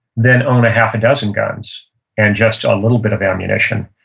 than own a half a dozen guns and just a little bit of ammunition.